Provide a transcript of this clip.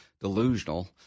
delusional